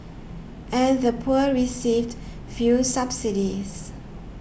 and the poor received few subsidies